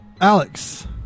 Alex